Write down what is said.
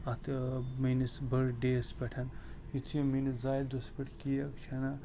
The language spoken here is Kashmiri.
اتھ مٮ۪ٲنِس برٕڈیس پٮ۪ٹھ یتھ یِم مٮ۪ٲنِس زایہ دۄہس پٮ۪ٹھ کیک چھِ انان